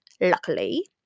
Luckily